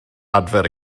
adfer